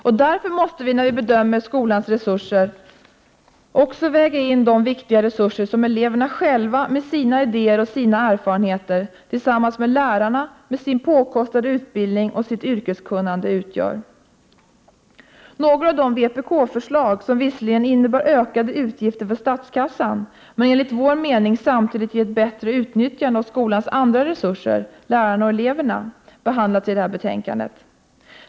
Och då måste vi när vi bedömer skolans resurser också väga in de viktiga resurser som eleverna själva, med sina idéer och erfarenheter, tillsammans med lärarna, med sin påkostade utbildning och sitt yrkeskunnande, utgör. Några av de vpk-förslag som visserligen innebär ökade utgifter för statskassan men enligt vår mening samtidigt ger ett bättre utnyttjande av skolans andra resurser — lärarna och eleverna — behandlas i det här betänkandet.